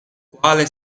quale